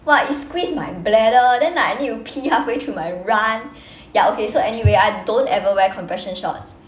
!wah! it squeeze my bladder then like I need to pee halfway through my run ya okay so anyway I don't ever wear compression shorts